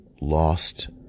lost